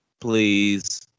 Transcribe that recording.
Please